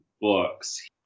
books